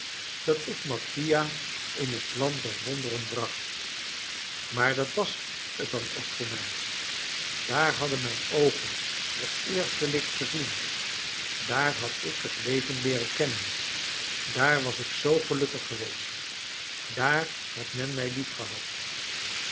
dat ik mattia in het land der wonderen bracht maar dat was het dan ook voor mij daar hadden mijne oogen het eerste licht gezien daar had ik het leven leeren kennen daar was ik zoo gelukkig geweest daar had men mij